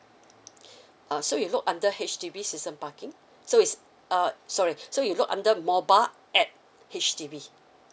err so you look under H_D_B season parking so is err sorry so you look under mobile app H_D_B